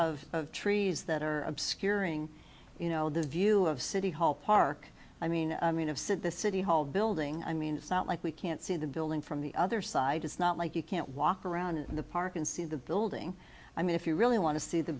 of trees that are obscuring you know the view of city hall park i mean i mean i've said the city hall building i mean it's not like we can't see the building from the other side it's not like you can't walk around the park and see the building i mean if you really want to see the